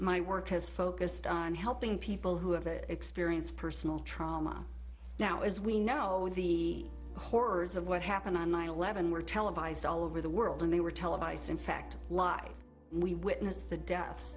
my work has focused on helping people who have the experience of personal trauma now as we know the horrors of what happened on nine eleven were televised all over the world and they were televised in fact live and we witnessed the death